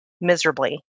miserably